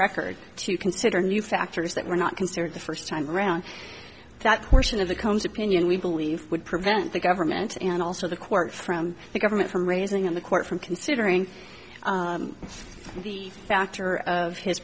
record to consider new factors that were not considered the first time around that portion of the comes opinion we believe would prevent the government and also the court from the government from raising in the court from considering the factor of hi